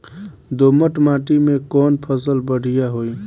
दोमट माटी में कौन फसल बढ़ीया होई?